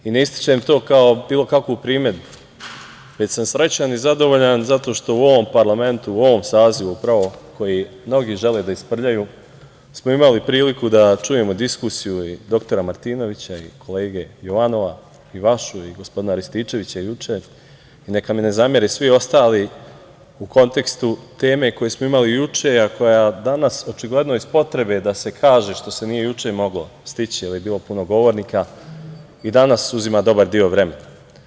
I ne ističem to kao bilo kakvu primedbu, već sam srećan i zadovoljan zato što u ovom parlamentu, u ovom sazivu upravo koji mnogi žele da isprljaju, smo imali priliku da čujemo diskusiju i dr Martinovića i kolege Jovanova i vašu i gospodina Rističevića juče, neka mi ne zamere svi ostali, u kontekstu teme koju smo imali juče, a koja danas očigledno iz potrebe da se kaže što se juče nije moglo stići, jer je bilo puno govornika, i danas uzima dobar deo vremena.